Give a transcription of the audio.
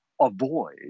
avoid